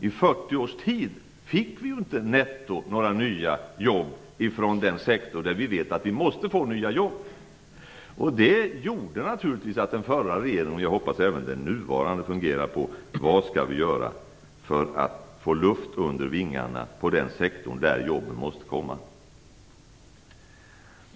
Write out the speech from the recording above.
I 40 års tid fick vi inte några nya jobb netto från den sektor där vi vet att vi måste få nya jobb. Det gjorde naturligtvis att den förra regeringen, och jag hoppas även den nuvarande, funderade på: Vad skall vi göra för att få luft under vingarna på den sektor där jobben måste komma?